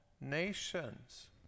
nations